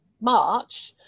March